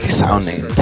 sounding